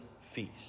feast